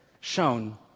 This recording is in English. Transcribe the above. shown